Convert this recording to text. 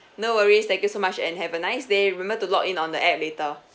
no worries thank you so much and have a nice day remember to log in on the app later